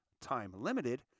time-limited